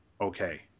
okay